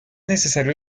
necesario